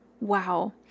Wow